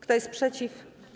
Kto jest przeciw?